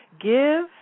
Give